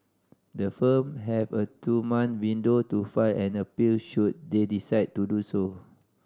the firm have a two month window to file an appeal should they decide to do so